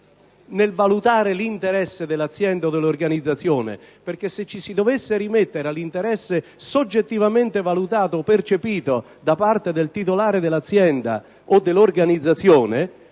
nel valutare l'interesse dell'azienda o dell'organizzazione. Se ci si dovesse rimettere all'interesse soggettivamente valutato o percepito da parte del titolare dell'azienda o dell'organizzazione,